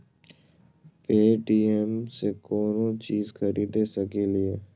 Paytm से कौनो चीज खरीद सकी लिय?